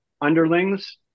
underlings